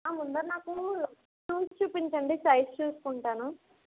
ఆ ముందు నాకు షూస్ చూపించండి సైజ్ చూసుకుంటాను